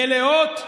מלאות,